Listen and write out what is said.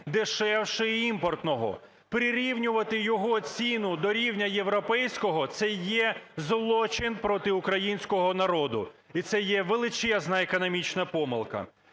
дешевше імпортного. Прирівнювати його ціну до рівня європейського - це є злочин проти українського народу, і це є величезна економічна помилка.